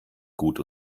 gut